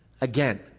Again